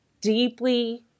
deeply